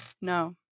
No